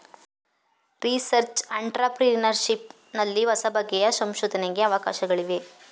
research entrepreneurship ನಲ್ಲಿ ಹೊಸಬಗೆಯ ಸಂಶೋಧನೆಗೆ ಅವಕಾಶಗಳಿವೆ